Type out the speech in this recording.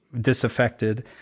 disaffected